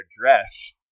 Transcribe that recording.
dressed